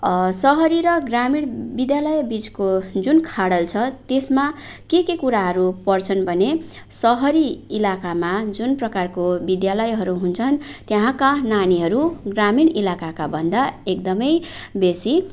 सहरी र ग्रामीण विद्यालयबिचको जुन खाडल छ त्यसमा के के कुराहरू पर्छन् भने सहरी इलाकामा जुन प्रकारको विद्यालयहरू हुन्छन् त्यहाँका नानीहरू ग्रामीण इलाकाका भन्दा एकदमै बेसी